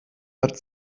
hat